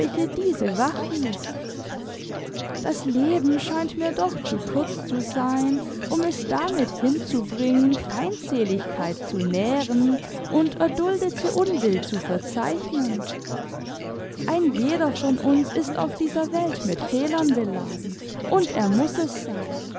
diese wachrief das leben scheint mir doch zu kurz zu sein um es damit hinzubringen feindseligkeit zu nähren und erduldete unbill zu verzeichnen ein jeder von uns ist auf dieser welt mit fehlern beladen und er muß es sein